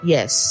Yes